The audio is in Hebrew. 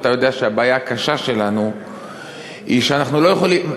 אתה יודע שהבעיה הקשה שלנו היא שאנחנו לא יכולים,